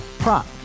Prop